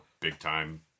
big-time